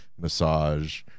massage